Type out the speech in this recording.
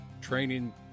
training